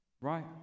Right